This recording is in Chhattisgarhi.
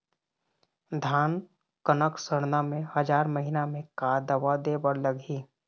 धान कनक सरना मे हजार महीना मे का दवा दे बर लगही?